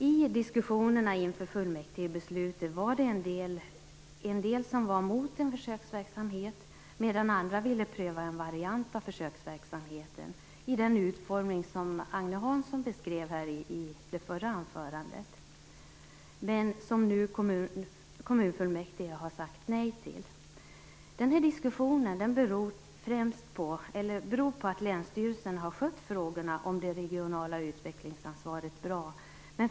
I diskussionerna inför fullmäktigebeslutet var det en del som var mot en försöksverksamhet, medan andra ville pröva en variant av försöksverksamheten med den utformning som Agne Hansson beskrev i det förra anförandet men som kommunfullmäktige nu har sagt nej till. Det här beror bl.a. på att länsstyrelserna har skött frågorna om det regionala utvecklingsansvaret bra.